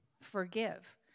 forgive